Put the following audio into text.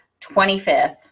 25th